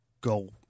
go